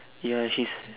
ya he's